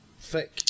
thick